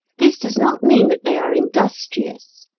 this does not mean that they are industrious.